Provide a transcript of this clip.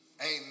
Amen